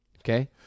Okay